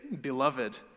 beloved